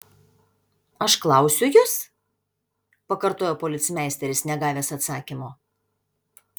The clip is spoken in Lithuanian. aš klausiu jus pakartojo policmeisteris negavęs atsakymo